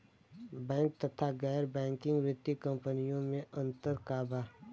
Bank तथा गैर banking वित्तीय कम्पनीयो मे अन्तर का बा?